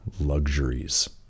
Luxuries